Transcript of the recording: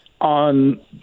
on